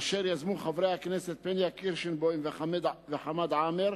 אשר יזמו חברי הכנסת פניה קירשנבאום וחמד עמאר,